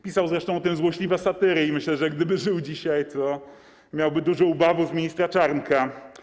Pisał zresztą o tym złośliwe satyry i myślę, że gdyby żył dzisiaj, to miałby dużo ubawu z ministra Czarnka.